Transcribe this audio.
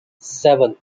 seven